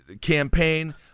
campaign